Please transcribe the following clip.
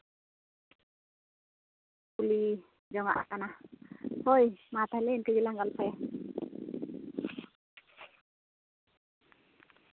ᱠᱩᱞᱤ ᱡᱚᱝᱟᱜ ᱠᱟᱱᱟ ᱦᱳᱭ ᱢᱟ ᱛᱟᱦᱞᱮ ᱤᱱᱠᱟᱹ ᱜᱮᱞᱟᱝ ᱜᱚᱞᱯᱚᱭᱟ